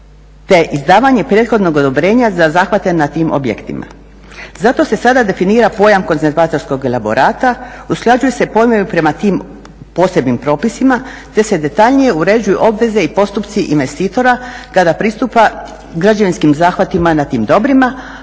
te izdavanje prethodnog odobrenja za zahvate na tim objektima. Zato se sada definira pojam konzervatorskog elaborata usklađuju se pojmovi prema tim posebnim propisima, te se detaljnije uređuju obveze i postupci investitora kada pristupa građevinskim zahvatima na tim dobrima,